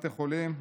בתי חולים,